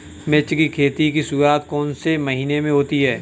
मिर्च की खेती की शुरूआत कौन से महीने में होती है?